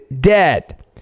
dead